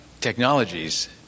technologies